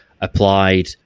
Applied